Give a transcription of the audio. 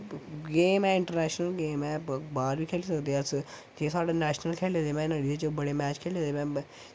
game ऐ international game ऐ बाह्र बी खेली सकदे अस कि साढ़े नैशनल खेले दे में बड़े मैच खेले दे में